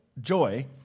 joy